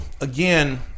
again